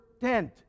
tent